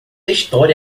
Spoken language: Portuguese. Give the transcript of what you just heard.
história